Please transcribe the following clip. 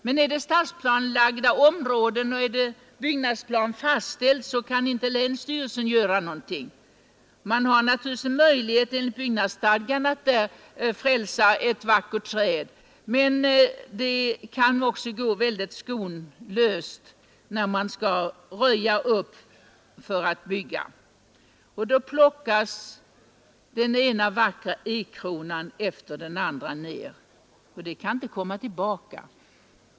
Men rör det sig om stadsplanelagda områden för vilka byggnadsplan är fastställd kan inte länsstyrelsen avgöra någonting. Det finns -.naturligtvis möjlighet enligt byggnadsstadgan att frälsa ett vackert träd, men man kan också gå skoningslöst till väga när man skall röja upp för att bygga. Då plockas den ena vackra ekkronan efter den andra ned, och de kan inte komma tillbaka.